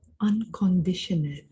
unconditional